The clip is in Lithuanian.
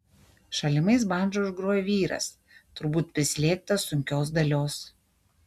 šalimais bandža užgrojo vyras turbūt prislėgtas sunkios dalios